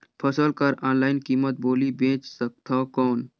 फसल कर ऑनलाइन कीमत बोली बेच सकथव कौन?